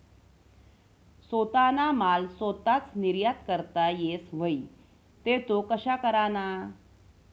सोताना माल सोताच निर्यात करता येस व्हई ते तो कशा कराना?